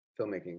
filmmaking